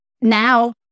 now